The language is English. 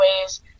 ways